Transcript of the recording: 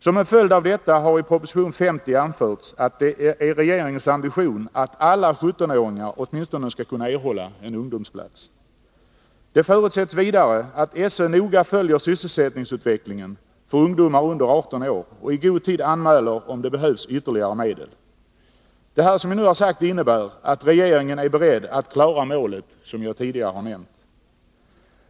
Som en följd av detta har i proposition 50 anförts att det är regeringens ambition att alla 17-åringar skall kunna erhålla åtminstone en ungdomsplats. Det förutsätts vidare att SÖ noga följer sysselsättningsutvecklingen för ungdomar under 18 år och i god tid anmäler om det behövs ytterligare medel. Detta innebär att regeringen är beredd att klara målet, som jag tidigare har nämnt.